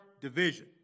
division